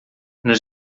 nos